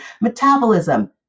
metabolism